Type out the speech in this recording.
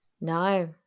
No